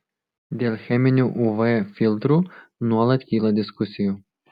dėl cheminių uv filtrų nuolat kyla diskusijų